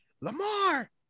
lamar